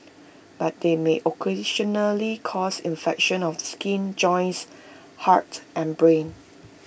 but they may occasionally cause infections of the skin joints heart and brain